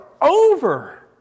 over